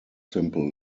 simple